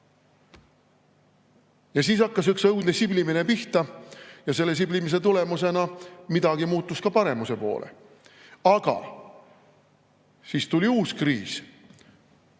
Siis hakkas üks õudne siblimine pihta ja selle siblimise tulemusena muutus midagi ka paremuse poole. Aga siis tuli uus kriis,